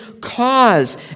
cause